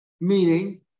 Meaning